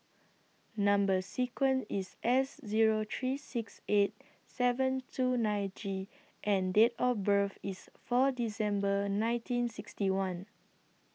Number sequence IS S Zero three six eight seven two nine G and Date of birth IS four December nineteen sixty one